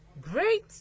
Great